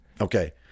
Okay